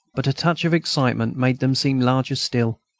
but a touch of excitement made them seem larger still.